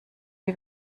die